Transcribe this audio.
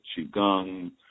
Qigong